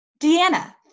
Deanna